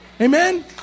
Amen